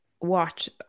watch